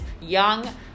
young